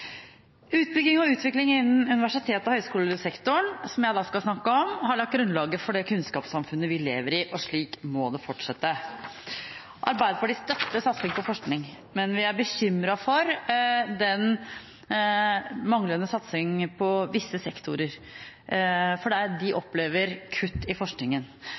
Utbygging og utvikling innen universitets- og høyskolesektoren, som jeg skal snakke om, har lagt grunnlaget for det kunnskapssamfunnet vi lever i, og slik må det fortsette. Arbeiderpartiet støtter satsing på forskning, men vi er bekymret for manglende satsing på visse sektorer, for de opplever kutt i forskningen.